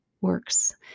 works